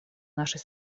нашей